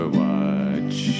watch